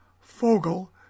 Fogel